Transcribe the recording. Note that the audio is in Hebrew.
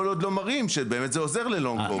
עוד לא מראים שזה באמת עוזר ללונג קוביד.